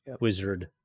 wizard